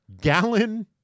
gallon